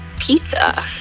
pizza